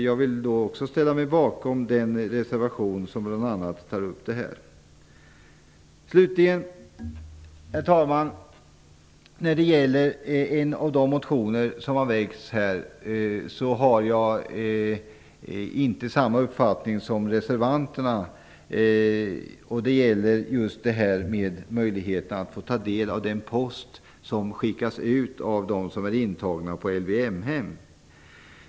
Jag ställer mig bakom den reservation där bl.a. detta tas upp. Slutligen, herr talman, har jag när det gäller en av de motioner som väckts här inte samma uppfattning som reservanterna. Det gäller då möjligheten att få ta del av post som skickas ut av intagna på LVM-hem.